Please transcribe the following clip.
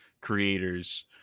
creators